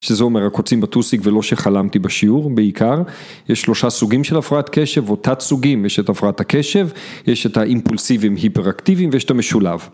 שזה אומר הקוצים בטוסיק ולא שחלמתי בשיעור, בעיקר. יש שלושה סוגים של הפרעת קשב, או תת-סוגים: יש את הפרעת הקשב, יש את האימפולסיביים-היפראקטיביים ויש את המשולב.